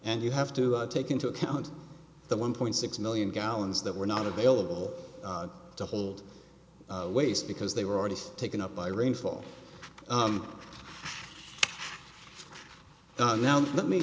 and you have to take into account the one point six million gallons that were not available to hold waste because they were already taken up by rainfall now let me